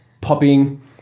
popping